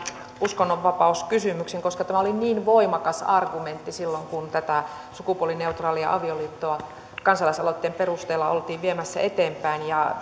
uskonnonvapauskysymyksen koska tämä oli niin voimakas argumentti silloin kun tätä sukupuolineutraalia avioliittoa kansalaisaloitteen perusteella oltiin viemässä eteenpäin